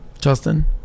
Justin